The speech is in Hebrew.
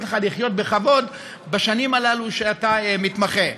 לך לחיות בכבוד בשנים הללו שאתה מתמחה,